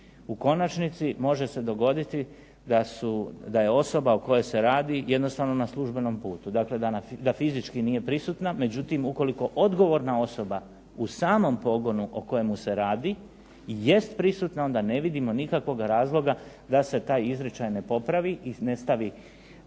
U konačnici može se dogoditi da je osoba o kojoj se radi jednostavno na službenom putu, da fizički nije prisutna. Međutim ukoliko odgovorna osoba u samom pogonu o kojemu se radi jest prisutna onda ne vidimo nikakvog razloga da se taj izričaj ne popravi i ne stavi